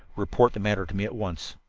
report the matter to me at once.